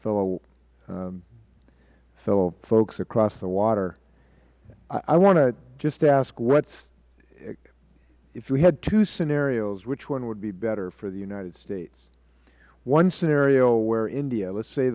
fellow fellow folks across the water i want to just ask what is if you had two scenarios which one would be better for the united states one scenario where india let us say